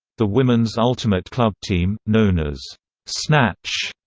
the women's ultimate club team, known as snatch,